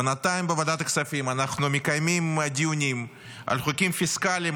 בינתיים בוועדת הכספים מתקיימים דיונים על חוקים פיסקליים,